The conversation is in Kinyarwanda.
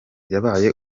yabaye